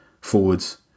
forwards